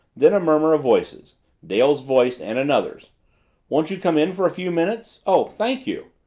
then a murmur of voices dale's voice and another's won't you come in for a few minutes? oh, thank you.